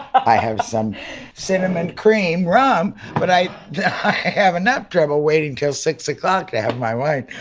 i have some cinnamon cream rum, but i have enough trouble waiting till six o'clock to have my wine.